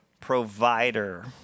provider